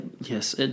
Yes